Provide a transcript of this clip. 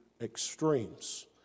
extremes